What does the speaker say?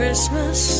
Christmas